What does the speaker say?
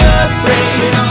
afraid